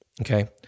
Okay